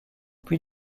puis